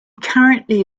currently